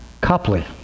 Copley